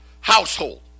household